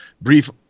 brief